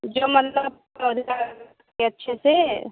जो मतलब पौधा अच्छे से